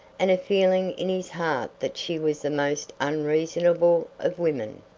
and a feeling in his heart that she was the most unreasonable of women.